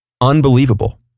Unbelievable